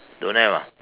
don't have ah